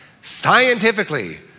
scientifically